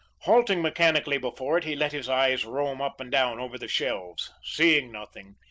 halting mechanically before it, he let his eyes roam up and down over the shelves, seeing nothing,